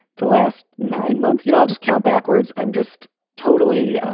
the last nine months, you'd all just count backwards. i'm just totally